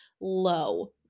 low